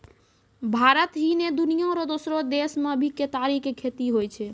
भारत ही नै, दुनिया रो दोसरो देसो मॅ भी केतारी के खेती होय छै